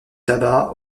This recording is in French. tabac